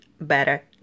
better